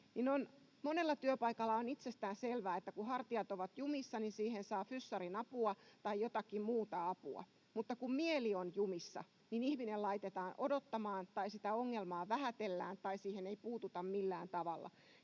monella työpaikalla on itsestään selvää, että kun hartiat ovat jumissa, siihen saa fyssarin apua tai jotakin muuta apua. Mutta kun mieli on jumissa, niin ihminen laitetaan odottamaan tai sitä ongelmaa vähätellään tai siihen ei puututa millään tavalla.